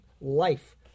life